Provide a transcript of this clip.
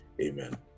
Amen